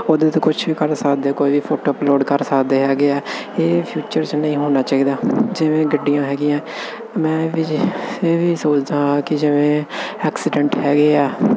ਉਹਦੇ 'ਤੇ ਕੁਝ ਵੀ ਕਰ ਸਕਦੇ ਕੋਈ ਵੀ ਫੋਟੋ ਅਪਲੋਡ ਕਰ ਸਕਦੇ ਹੈਗੇ ਆ ਇਹ ਫਿਊਚਰ 'ਚ ਨਹੀਂ ਹੋਣਾ ਚਾਹੀਦਾ ਜਿਵੇਂ ਗੱਡੀਆਂ ਹੈਗੀਆਂ ਮੈਂ ਵੀ ਜੇ ਇਹ ਵੀ ਸੋਚਦਾ ਆ ਕਿ ਜਿਵੇਂ ਐਕਸੀਡੈਂਟ ਹੈਗੇ ਆ